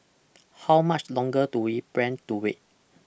how much longer do we plan to wait